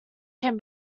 can